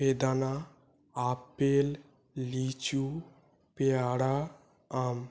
বেদানা আপেল লিচু পেয়ারা আম